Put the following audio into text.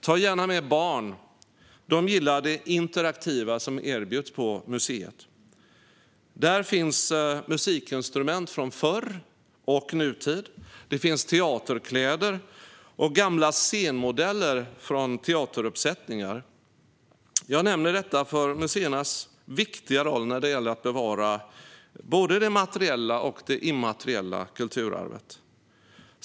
Ta gärna med barn! De gillar det interaktiva som erbjuds på museet. Där finns musikinstrument från förr och nutid. Där finns teaterkläder och gamla scenmodeller från teateruppsättningar. Jag nämner detta därför att museerna har en viktig roll när det gäller att bevara både det materiella och det immateriella kulturarvet.